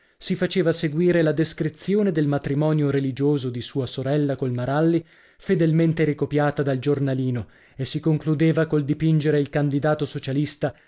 si faceva seguire la descrizione del matrimonio religioso di sua sorella col maralli fedelmente ricopiata dal giornalino e si concludeva col dipingere il candidato socialista